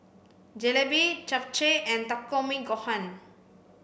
Jalebi Japchae and Takikomi Gohan